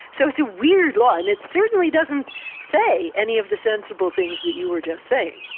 so it's a weird law and it certainly doesn't say any of the sensible things that you were just saying.